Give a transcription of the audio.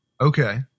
Okay